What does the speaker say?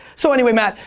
so anyway, matt,